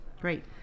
Great